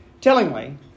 Tellingly